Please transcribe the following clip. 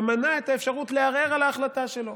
ומנע את האפשרות לערער על ההחלטה שלו.